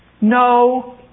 No